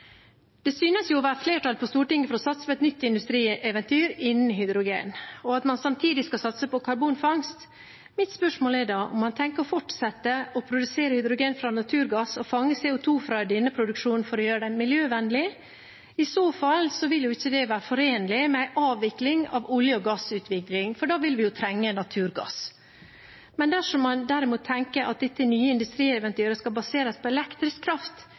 Det synes å være flertall på Stortinget for å satse på et nytt industrieventyr innen hydrogen, og at man samtidig skal satse på karbonfangst. Mitt spørsmål er da om man tenker å fortsette å produsere hydrogen fra naturgass og fange CO 2 fra denne produksjonen for å gjøre den miljøvennlig. I så fall vil ikke det være forenlig med en avvikling av olje- og gassutvinning, for da vil vi jo trenge naturgass. Dersom man derimot tenker at dette nye industrieventyret skal baseres på elektrisk kraft,